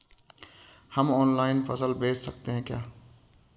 हम ऑनलाइन फसल बेच सकते हैं क्या?